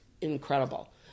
incredible